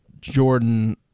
Jordan